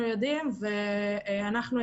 אני ביקשתי מהשר אמסלם